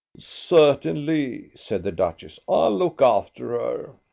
certainly, said the duchess. i'll look after her.